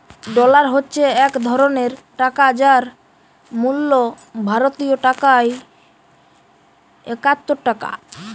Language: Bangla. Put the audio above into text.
ডলার হচ্ছে এক ধরণের টাকা যার মূল্য ভারতীয় টাকায় একাত্তর টাকা